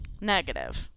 Negative